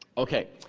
okay.